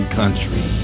country